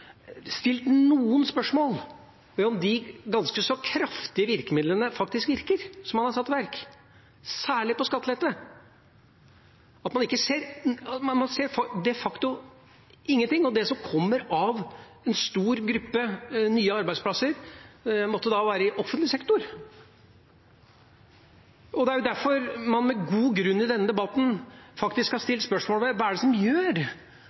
stilt noen spørsmål ved om de ganske så kraftige virkemidlene man har satt inn, særlig skattelette, faktisk virker, og om at de facto ingenting av det som kommer av en stor gruppe nye arbeidsplasser, da måtte være i offentlig sektor. Det er derfor man med god grunn i denne debatten har stilt spørsmål ved hva det er som gjør